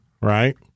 Right